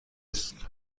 است